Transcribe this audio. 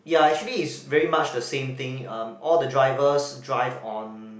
ya actually it's very much the same thing um all the drivers drive on